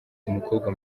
umukobwa